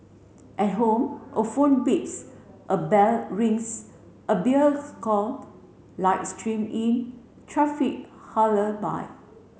at home a phone beeps a bell rings a beers call light stream in traffic by